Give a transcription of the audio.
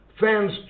Fans